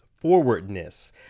forwardness